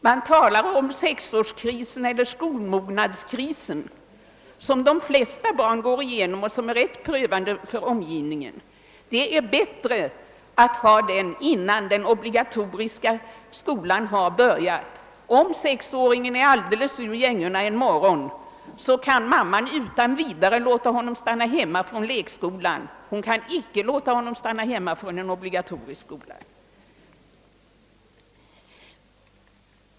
Man talar om sexårseller skolmognadskrisen, som de flesta barn går igenom och som är ganska prövande för omgivningen. Det är bättre att den krisen är över innan den obligatoriska skolan har börjat. Om sexåringen en morgon är alldeles ur gängorna kan mamman utan vidare låta honom stanna hemma från lekskolan men det kan hon inte när det gäller den obligatoriska skolan.